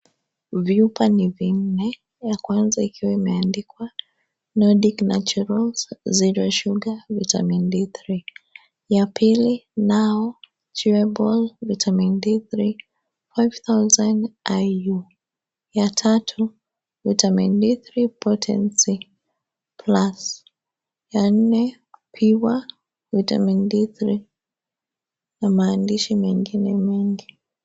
Vyupa ni vinne, ya kwanza ikiwa imeandikwa nordic naturals zero sugar, vitamin D3 , ya pili now chewable vitamin D3 5000IU , ya tatu vitamin D3 potency plus , ya nne pure vitamin D3 na maandishi mengine mengi.